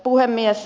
puhemies